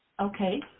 Okay